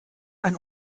ein